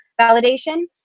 validation